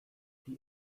die